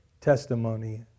Testimony